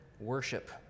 worship